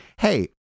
Hey